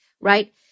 Right